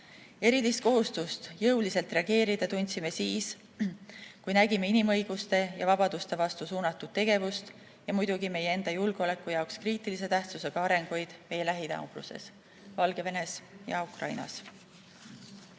Erilist kohustust jõuliselt reageerida tundsime siis, kui nägime inimõiguste ja vabaduste vastu suunatud tegevust ja muidugi meie enda julgeoleku jaoks kriitilise tähtsusega arenguid meie lähinaabruses – Valgevenes ja Ukrainas.